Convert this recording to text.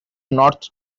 north